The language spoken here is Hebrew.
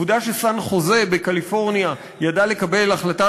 עובדה שסן-חוזה בקליפורניה ידעה לקבל החלטה